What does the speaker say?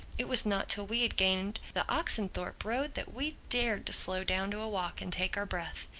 it was not till we had gained the oxenthorpe road that we dared to slow down to a walk and take our breath.